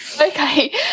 Okay